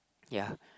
ya